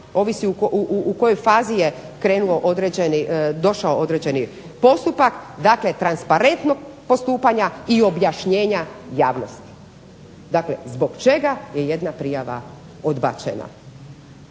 ovisi u kojoj je fazi došao određeni postupak dakle transparentnog postupanja i objašnjenja javnosti. Dakle zbog čega je jedna prijava odbačena.